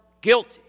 guilty